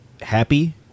happy